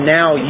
now